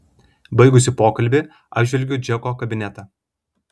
baigusi pokalbį apžvelgiu džeko kabinetą